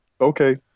Okay